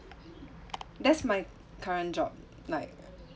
that's my current job like